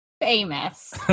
famous